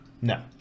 No